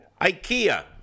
ikea